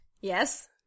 Yes